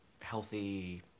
Healthy